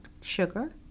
sugar